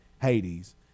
Hades